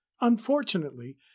Unfortunately